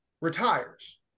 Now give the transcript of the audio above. retires